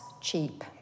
Cheap